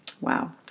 Wow